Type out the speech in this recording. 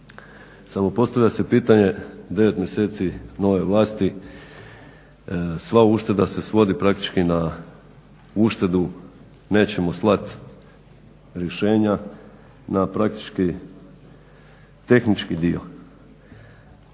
Samo postavlja se pitanje 9 mjeseci nove vlasti sva ušteda se svodi praktički na uštedu. Nećemo slati rješenja na praktički tehnički dio.